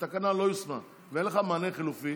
שהתקנה לא יושמה ואין לך מענה חלופי,